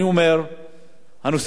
ויש שני מישורים לטיפול: